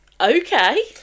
okay